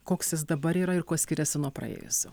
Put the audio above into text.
koks jis dabar yra ir kuo skiriasi nuo praėjusio